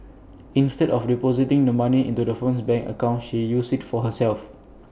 instead of depositing the money into the firm's bank account she used IT for herself